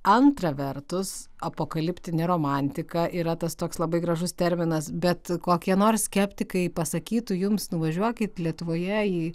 antra vertus apokaliptinė romantika yra tas toks labai gražus terminas bet kokie nors skeptikai pasakytų jums nuvažiuokit lietuvoje į